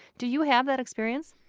did you have that experience?